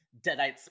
Deadites